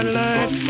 life